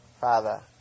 father